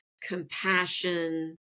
compassion